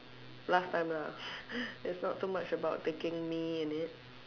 last time lah it's not so much about taking me in it